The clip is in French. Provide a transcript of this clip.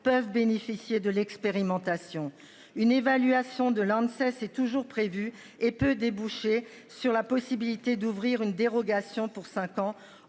peuvent bénéficier de l'expérimentation. Une évaluation de l'c'est c'est toujours prévu et peut déboucher sur la possibilité d'ouvrir une dérogation pour 5 ans